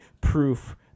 proof